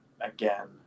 again